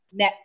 netflix